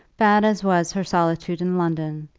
bad as was her solitude in london,